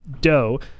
dough